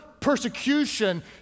persecution